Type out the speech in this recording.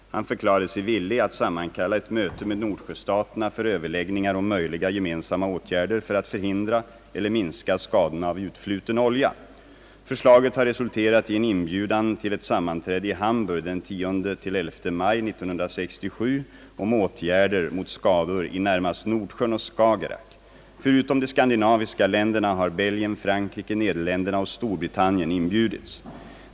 Han förklarade sig villig att sammankalla eit möte med Nordsjöstaterna för överläggningar om möjliga gemensamma åtgärder för att förhindra eller minska skadorna av utfluten olja. Förslaget har resulterat i en inbjudan till ett sammanträde i Hamburg den 10—11 maj 1967 om åtgärder mot skador i närmast Nordsjön och Skagerack. Förutom de skandinaviska länderna har Belgien, Frankrike, Nederländerna och Storbritannien inbjudits.